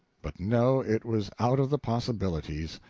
but no, it was out of the possibilities.